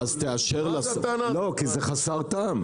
לא, כי זה חסר טעם.